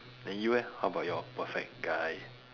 then you eh how about your perfect guy